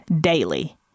daily